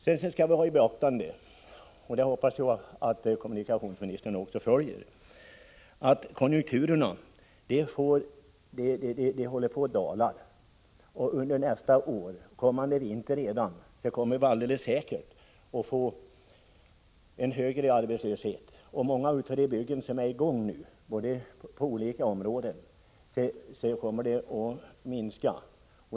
Vidare skall vi ta i beaktande — jag hoppas att också kommunikationsministern gör det — att konjunkturen håller på att dala. Under nästa år, redan kommande vinter, blir arbetslösheten säkert högre. Antalet byggen som pågår på olika områden kommer att minska.